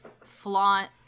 flaunt